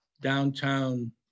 downtown